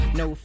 no